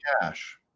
cash